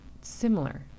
similar